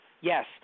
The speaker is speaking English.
Yes